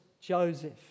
Joseph